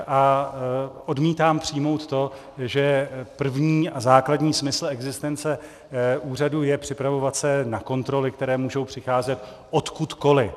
A odmítám přijmout to, že první a základní smysl existence úřadu je připravovat se na kontroly, které můžou přicházet odkudkoli.